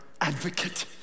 advocate